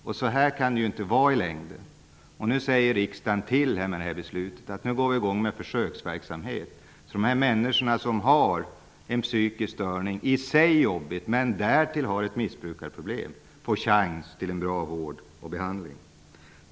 Men så kan det i längden inte vara. I och med det här beslutet säger riksdagen att vi nu drar i gång en försöksverksamhet, så att de människor som har en psykisk störning -- som i sig är jobbig -- och som dessutom har missbruksproblem får en chans till bra vård och behandling.